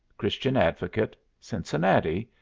christian advocate, cincinnati,